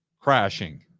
crashing